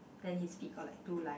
then his feet got like two line